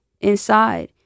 inside